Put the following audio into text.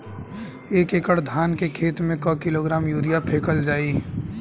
एक एकड़ धान के खेत में क किलोग्राम यूरिया फैकल जाई?